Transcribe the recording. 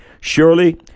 Surely